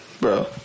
Bro